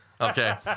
Okay